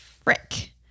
Frick